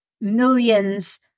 millions